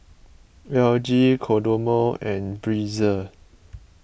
L G Kodomo and Breezer